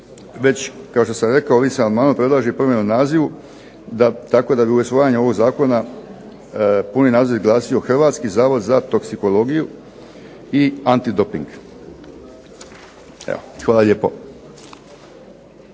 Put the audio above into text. već kao što sam rekao ovim amandmanom predlaže se i promjena u nazivu tako da bi usvajanjem ovog zakona puni naziv glasio Hrvatski zavod za toksikologiju i antidoping. Hvala lijepo.